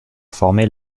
former